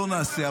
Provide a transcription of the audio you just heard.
לא נעשה.